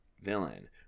villain